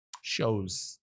shows